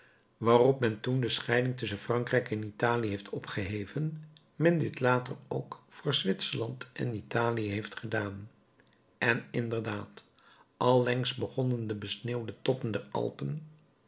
waarop men toen de scheiding tusschen frankrijk en italië heeft opgeheven men dit later ook voor zwitserland en italië heeft gedaan en inderdaad allengs begonnen de besneeuwde toppen der alpen